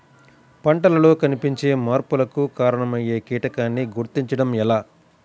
పంటలలో కనిపించే మార్పులకు కారణమయ్యే కీటకాన్ని గుర్తుంచటం ఎలా?